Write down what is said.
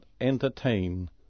entertain